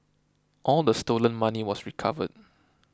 all the stolen money was recovered